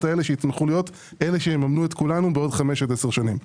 האלה שיצמחו להיות אלה שיממנו את כולנו בעוד 5 עד 10 שנים.